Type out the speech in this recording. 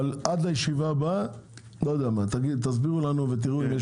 אבל עד לישיבה הבאה תדאגו להסביר לנו ולראות אם יש